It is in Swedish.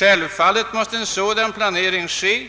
Självfallet måste en sådan planering ske